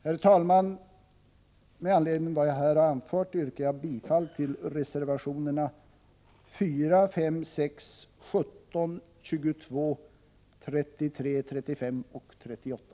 Herr talman! Med anledning av vad jag här har anfört yrkar jag bifall till reservationerna 4, 5, 6, 17, 22, 33, 35 och 38.